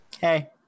Hey